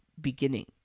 beginning